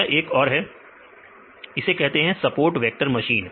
यह एक और है इसे कहते हैं सपोर्ट वेक्टर मशीन